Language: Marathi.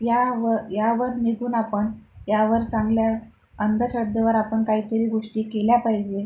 यावं यावर निघून आपन यावर चांगल्या अंधश्रद्धेवर आपन काहीतरी गोष्टी केल्या पाहिजे